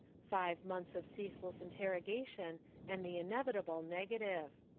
five months of ceaseless interrogation and the inevitable nega tive.